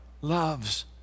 loves